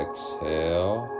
Exhale